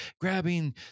grabbing